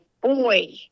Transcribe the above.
boy